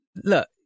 look